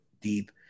deep